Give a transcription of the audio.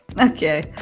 Okay